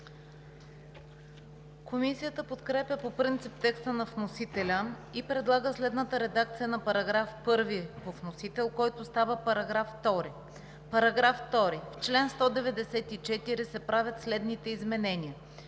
Комисията подкрепя по принцип текста на вносителя и предлага следната редакция на § 1 по вносител, който става § 2: „§ 2. В чл. 194 се правят следните изменения: